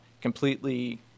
completely